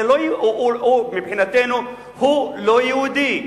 מבחינתנו הוא לא יהודי,